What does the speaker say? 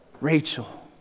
Rachel